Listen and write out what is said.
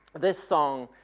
this song